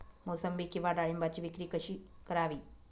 मोसंबी किंवा डाळिंबाची विक्री कशी करावी?